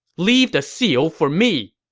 leave the seal for me!